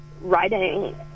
writing